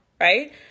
right